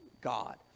God